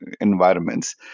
environments